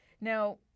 Now